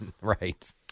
Right